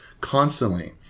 constantly